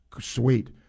Sweet